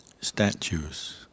statues